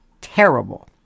terrible